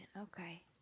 okay